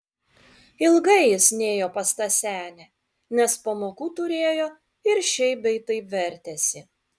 ilgai jis nėjo pas tą senę nes pamokų turėjo ir šiaip bei taip vertėsi